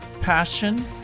passion